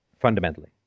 Fundamentally